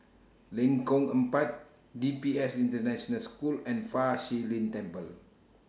Lengkong Empat D P S International School and Fa Shi Lin Temple